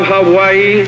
Hawaii